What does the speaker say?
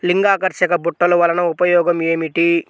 లింగాకర్షక బుట్టలు వలన ఉపయోగం ఏమిటి?